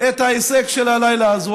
את ההישג של הלילה הזה,